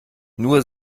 nur